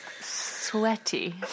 sweaty